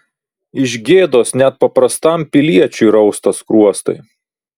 iš gėdos net paprastam piliečiui rausta skruostai